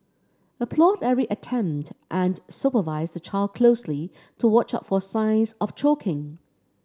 applaud every attempt and supervise the child closely to watch out for signs of choking